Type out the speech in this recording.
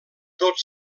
tot